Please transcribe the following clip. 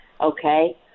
Okay